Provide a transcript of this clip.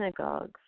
synagogues